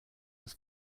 was